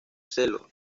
sello